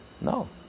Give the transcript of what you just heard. No